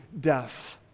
death